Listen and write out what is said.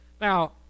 now